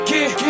Get